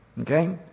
Okay